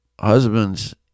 husbands